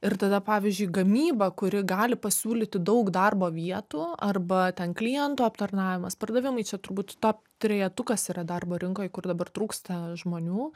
ir tada pavyzdžiui gamyba kuri gali pasiūlyti daug darbo vietų arba ten klientų aptarnavimas pardavimai čia turbūt to trejetukas yra darbo rinkoj kur dabar trūksta žmonių